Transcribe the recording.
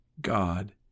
God